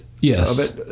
yes